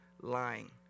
lying